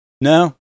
no